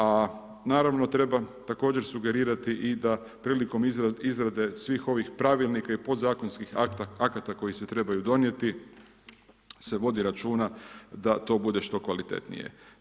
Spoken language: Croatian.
A naravno treba također sugerirati i da prilikom izrade svih ovih pravilnika i podzakonskih akata koji se trebaju donijeti se vodi računa da to bude što kvalitetnije.